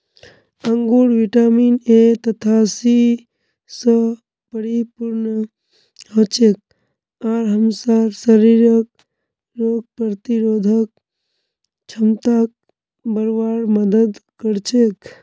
अंगूर vitamin A तथा C स परिपूर्ण हछेक आर हमसार शरीरक रोग प्रतिरोधक क्षमताक बढ़वार मदद कर छेक